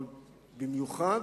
אבל במיוחד